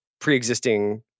pre-existing